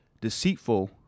deceitful